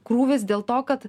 krūvis dėl to kad